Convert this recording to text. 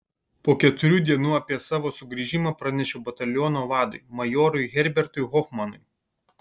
po keturių dienų apie savo sugrįžimą pranešiau bataliono vadui majorui herbertui hofmanui